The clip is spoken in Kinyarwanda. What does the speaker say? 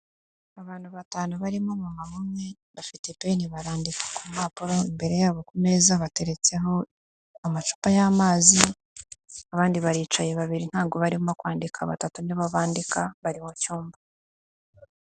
Abantu batanu barimo aba mama bafite pen barandika ku mpapuro, imbere yabo ku meza bateretseho amacupa y'amazi abandi baricaye babiri ntago barimo kwandika ,batatu nibo bandika bari mu cyumba.